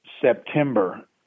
September